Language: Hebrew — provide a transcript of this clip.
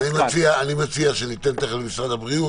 אני מציע שניתן למשרד הבריאות לענות.